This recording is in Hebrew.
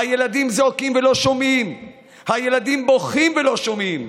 הילדים זועקים, ולא שומעים.